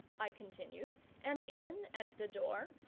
i continued, and in at the door,